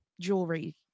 jewelry